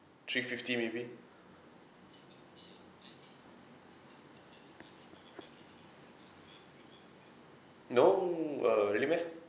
three fifty maybe no err really meh